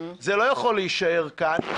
זה לא יכול להישאר כאן.